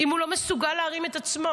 אם הוא לא מסוגל להרים את עצמו?